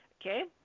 Okay